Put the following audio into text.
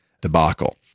debacle